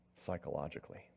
psychologically